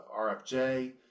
RFJ